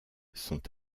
sont